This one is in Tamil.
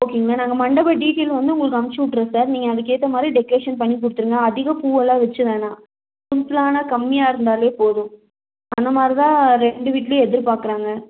ஓகேங்களா நாங்கள் மண்டபம் டீடைல் வந்து உங்களுக்கு அனுப்பிச்சி விட்டுறேன் சார் நீங்கள் அதுக்கேற்ற மாதிரி டெக்கரேஷன் பண்ணி கொடுத்துருங்க அதிக பூவெல்லாம் வச்சு வேணாம் சிம்பிளான கம்மியாக இருந்தாலே போதும் அந்தமாதிரிதான் ரெண்டு வீட்லேயும் எதிர்பார்க்குறாங்க